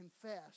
confess